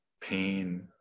pain